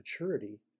maturity